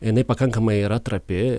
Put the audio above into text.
jinai pakankamai yra trapi